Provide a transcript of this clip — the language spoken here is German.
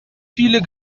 viele